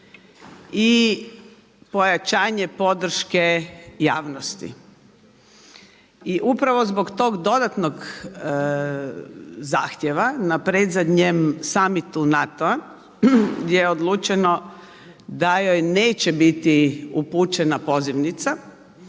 i pojačanje podrške javnosti. I upravo zbog tog dodatnog zahtjeva na predzadnjem summitu NATO-a gdje je odlučeno da joj neće biti upućena pozivnica,